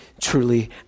truly